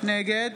נגד